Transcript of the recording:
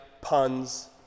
puns